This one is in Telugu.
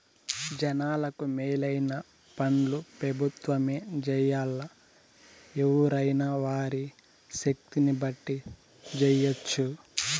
జనాలకు మేలైన పన్లు పెబుత్వమే జెయ్యాల్లా, ఎవ్వురైనా వారి శక్తిని బట్టి జెయ్యెచ్చు